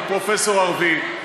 מפרופסור ארביב,